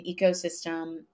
ecosystem